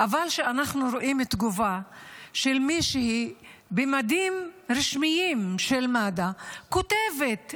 אבל כשאנחנו רואים תגובה של מישהי במדים רשמיים של מד"א שכותבת,